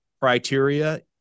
criteria